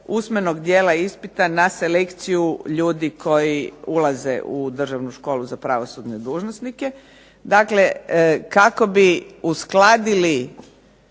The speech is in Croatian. usmenog dijela ispita na selekciju ljudi koji ulaze u Državnu školu za pravosudne dužnosnike. Dakle, kako bi uskladili